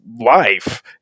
life